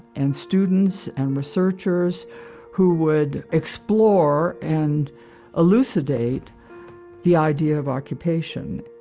and students, and researchers who would explore and elucidate the idea of occupation.